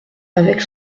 avec